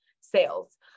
sales